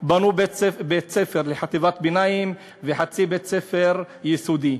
בנו בית-ספר לחטיבת ביניים וחצי בית-ספר יסודי.